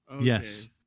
Yes